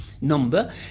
number